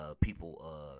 people